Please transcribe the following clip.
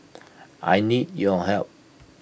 I need your help